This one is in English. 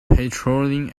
patrolling